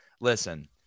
Listen